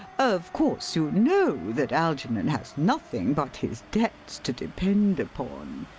of course you know that algernon has nothing but his debts to depend upon.